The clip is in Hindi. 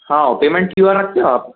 हओ पेमेंट क्यू आर रखते हो आप